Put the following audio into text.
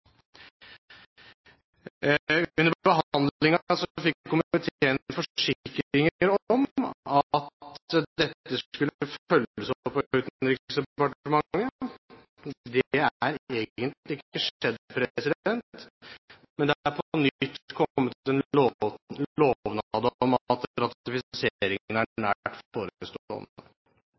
fikk komiteen forsikringer om at dette skulle følges opp av Utenriksdepartementet. Det er egentlig ikke skjedd, men det er på nytt kommet en lovnad om at ratifiseringen er nært